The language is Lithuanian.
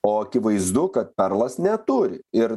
o akivaizdu kad perlas neturi ir